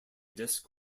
disk